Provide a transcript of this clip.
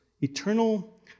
eternal